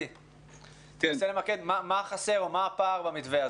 מה הפער במתווה הזה?